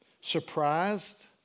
surprised